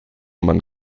man